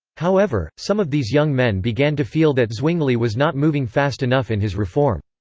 however, some of these young men began to feel that zwingli was not moving fast enough in his reform.